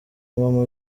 mama